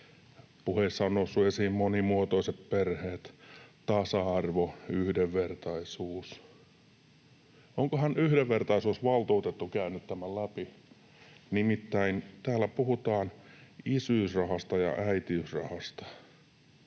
Puheissa on noussut esiin monimuotoiset perheet, tasa-arvo, yhdenvertaisuus. Onkohan yhdenvertaisuusvaltuutettu käynyt tämän läpi? Nimittäin täällä puhutaan isyysrahasta ja äitiysrahasta.